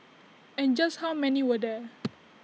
and just how many were there